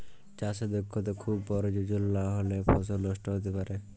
চাষে দক্ষতা খুব পরয়োজল লাহলে ফসল লষ্ট হ্যইতে পারে